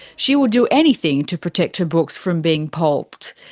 she would do anything to protect her books from being pulped.